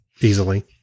easily